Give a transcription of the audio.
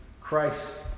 Christ